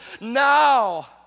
now